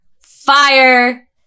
fire